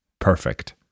Perfect